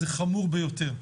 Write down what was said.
זה חמור ביותר.